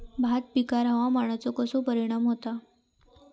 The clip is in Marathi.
भात पिकांर हवामानाचो कसो परिणाम होता?